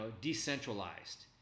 decentralized